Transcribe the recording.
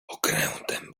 okrętem